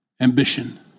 Ambition